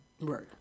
right